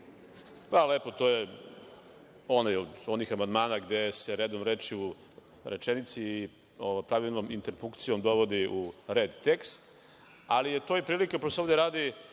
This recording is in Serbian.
Lepo, to je od onih amandmana gde se redom rečju u rečenici, pravilnom interpunkcijom dovodi u red tekst, ali je to i prilika pošto se ovde radi